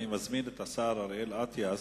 אני מזמין את השר אריאל אטיאס,